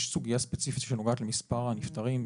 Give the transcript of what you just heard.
יש סוגיה ספציפית שנוגעת למספר הנפטרים.